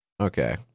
Okay